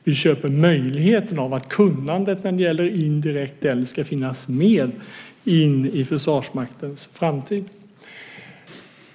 Vi köper möjligheten av att kunnandet när det gäller indirekt eld ska finnas med in i Försvarsmaktens framtid.